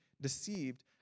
deceived